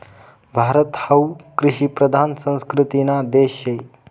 भारत हावू कृषिप्रधान संस्कृतीना देश शे